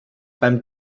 beim